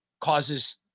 causes